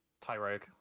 Tyroge